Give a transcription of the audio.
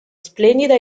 splendida